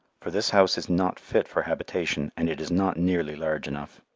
for this house is not fit for habitation, and it is not nearly large enough.